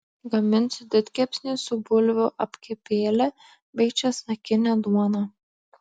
gaminsiu didkepsnį su bulvių apkepėle bei česnakine duona